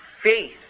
faith